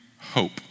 hope